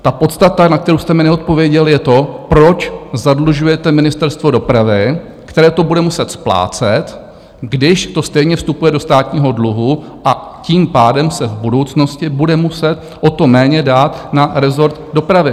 Ta podstata, na kterou jste mi neodpověděl, je to, proč zadlužuje Ministerstvo dopravy, které to bude muset splácet, když to stejně vstupuje do státního dluhu, a tím pádem se v budoucnosti bude muset o to méně dát na rezort dopravy?